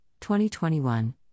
2021